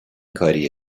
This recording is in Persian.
کاریه